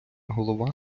голова